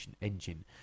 engine